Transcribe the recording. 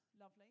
Lovely